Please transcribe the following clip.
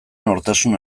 nortasun